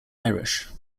irish